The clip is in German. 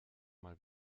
mal